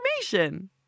information